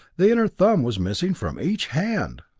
the inner thumb was missing from each hand!